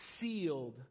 sealed